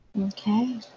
Okay